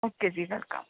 okay ji welcome